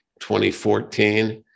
2014